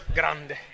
grande